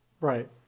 right